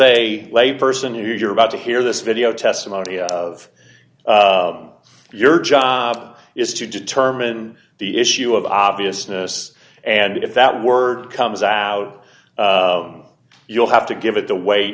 a lay person you're about to hear this video testimony of your job is to determine the issue of obviousness and if that word comes out you'll have to give it the w